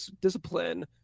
discipline